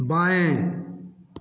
बाएँ